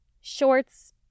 Shorts